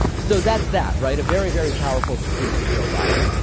so that's that. right. a very, very powerful critique of joe biden.